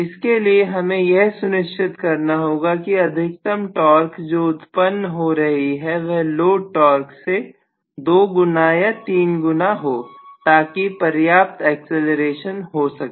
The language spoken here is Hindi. इसके लिए हमें यह सुनिश्चित करना होगा कि अधिकतम टॉर्क जो उत्पन्न हो रही है वह लोड टॉर्क से 2 गुना या 3 गुना हो ताकि पर्याप्त एक्सीलरेशन हो सके